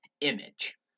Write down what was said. image